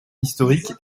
historique